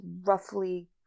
roughly